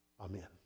amen